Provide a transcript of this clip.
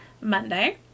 Monday